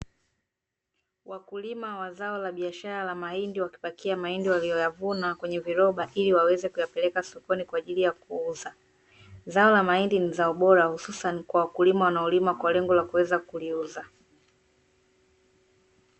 Wakulima wa zao la biashara la mahindi wakipakia mahindi waliyoyavuna kwenye viroba ili waweze kuyapeleka sokoni kwa ajili ya kuuza. Zao la mahindi ni zao bora husasani kwa wakulima wanaolima kwa lengo la kuweza kuliuza.